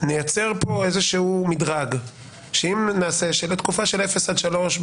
נייצר כאן איזשהו מדרג כאשר לתקופה של אפס עד שלוש,